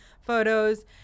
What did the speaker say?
photos